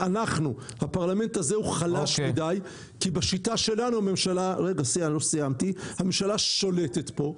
אנחנו הפרלמנט הזה הוא חלש מדי כי בשיטה שלנו הממשלה שולטת פה.